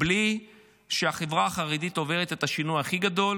בלי שהחברה החרדית עוברת את השינוי הכי גדול